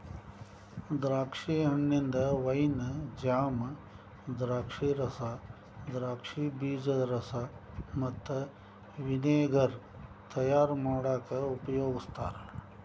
ದ್ರಾಕ್ಷಿ ಹಣ್ಣಿಂದ wine, jam, ದ್ರಾಕ್ಷಿರಸ, ದ್ರಾಕ್ಷಿ ಬೇಜದ ರಸ ಮತ್ತ ವಿನೆಗರ್ ತಯಾರ್ ಮಾಡಾಕ ಉಪಯೋಗಸ್ತಾರ